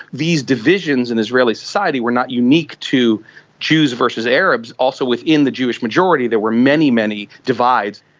these divisions in israeli society were not unique to jews versus arabs, also within the jewish majority there were many, many divides.